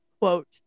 quote